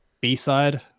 B-side